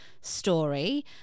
story